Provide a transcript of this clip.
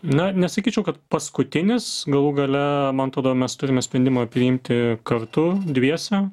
na nesakyčiau kad paskutinis galų gale man atrodo mes turime sprendimą priimti kartu dviese